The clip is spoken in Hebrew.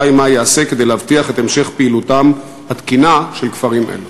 2. מה ייעשה כדי להבטיח את המשך פעילותם התקינה של כפרים אלה?